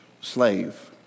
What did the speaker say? slave